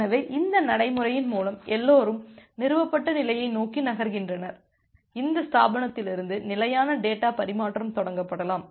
எனவே இந்த நடைமுறையின் மூலம் எல்லோரும் நிறுவப்பட்ட நிலையை நோக்கி நகர்கின்றனர் இந்த ஸ்தாபனத்திலிருந்து நிலையான டேட்டா பரிமாற்றம் தொடங்கப்படலாம்